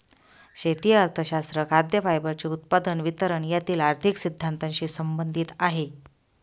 शेती अर्थशास्त्र खाद्य, फायबरचे उत्पादन, वितरण यातील आर्थिक सिद्धांतानशी संबंधित आहे